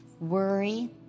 worry